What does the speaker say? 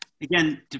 again